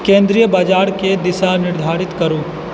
केन्द्रीय बाजारके दिशा निर्धारित करू